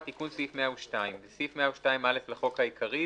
"תיקון סעיף 102 7. בסעיף 102(א) לחוק העיקרי,